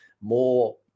more